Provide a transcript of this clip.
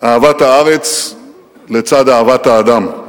אהבת הארץ לצד אהבת האדם.